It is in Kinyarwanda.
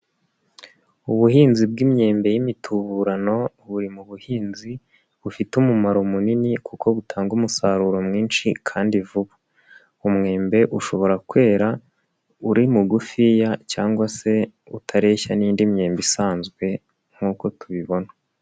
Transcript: Ubuhinzi bw'imyembe y'imituburano buri mu buhinzi bufite umumaro munini kuko butanga umusaruro mwinshi kandi vuba, umwembe ushobora kwera uri mugufiya cyangwa se utareshya n'indi myemba isanzwe nk'uko tubibona.